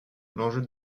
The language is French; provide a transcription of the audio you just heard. l’enjeu